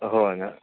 हो ना